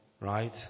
right